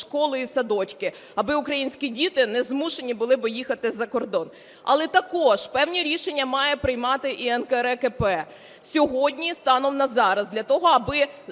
школи і садочки, аби українські діти не змушені були б їхати за кордон. Але також певні рішення має приймати і НКРЕКП сьогодні станом на зараз для того, аби